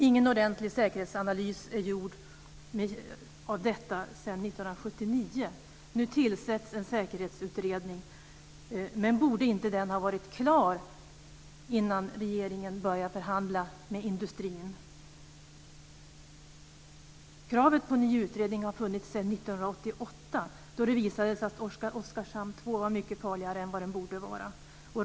Ingen ordentlig säkerhetsanalys är gjord sedan 1979. Nu tillsätts en säkerhetsutredning. Men borde inte den ha varit klar innan regeringen börjat förhandla med industrin? Kravet på en ny utredning har funnits sedan 1988, då det visade sig att Oskarshamn 2 var mycket farligare än vad det borde vara.